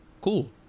cool